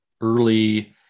early